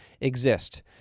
exist